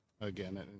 again